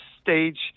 stage